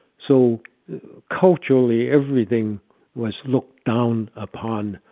so culturally, everything was looked down upon,